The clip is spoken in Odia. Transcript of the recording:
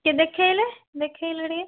ଟିକେ ଦେଖାଇଲେ ଦେଖାଇଲେ ଟିକେ